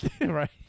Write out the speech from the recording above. Right